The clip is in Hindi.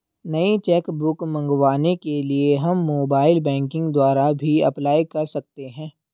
नई चेक बुक मंगवाने के लिए हम मोबाइल बैंकिंग द्वारा भी अप्लाई कर सकते है